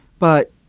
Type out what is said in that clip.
but